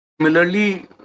Similarly